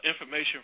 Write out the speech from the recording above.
Information